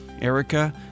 Erica